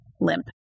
limp